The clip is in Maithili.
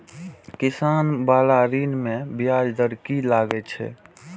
किसान बाला ऋण में ब्याज दर कि लागै छै?